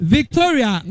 Victoria